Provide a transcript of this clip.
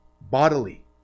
bodily